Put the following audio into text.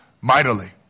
mightily